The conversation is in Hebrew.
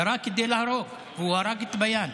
ירה כדי להרוג, והוא הרג את ביאן.